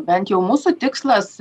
bent jau mūsų tikslas